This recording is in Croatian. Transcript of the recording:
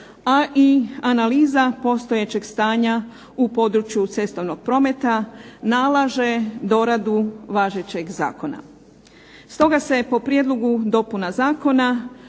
a i analiza postojećeg stanja u području cestovnog prometa nalaže doradu važećeg zakona. Stoga se po prijedlogu dopuna zakona